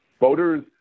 Voters